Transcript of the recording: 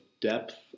depth